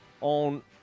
on